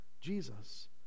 Jesus